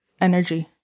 energy